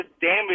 damage